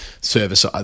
service